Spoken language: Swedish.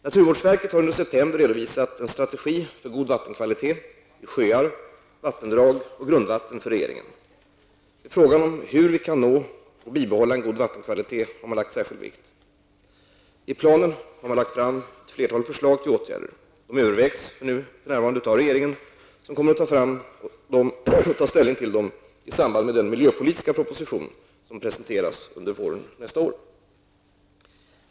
Naturvårdsverket har under september för regeringen redovisat en strategi för god vattenkvalitet i sjöar, vattendrag och grundvatten. Särskild vikt har lagts vid frågan om hur vi kan nå och bibehålla en god vattenkvalitet. I planen har lagts fram ett flertal förslag till åtgärder. Dessa övervägs för närvarande av regeringen, som kommer att ta ställning till dem i samband med den miljöpolitiska proposition som presenteras under våren nästa år.